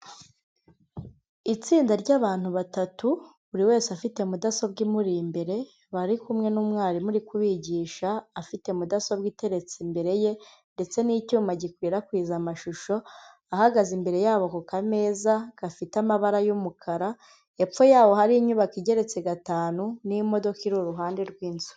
Itsinda ryabantu batatu buri wese afite mudasobwa imuri imbere bari kumwe n'umwarimu uri kubigisha afite mudasobwa iteretse imbere ye, ndetse n'icyuma gikwirakwiza amashusho ahagaze imbere yabo ku kameza gafite amabara y'umukara, hepfo yaho hari inyubako igeretse gatanu n'imodoka iri iruhande rw'inzu.